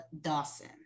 Dawson